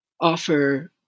offer